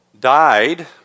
died